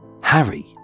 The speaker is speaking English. Harry